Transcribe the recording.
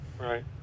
right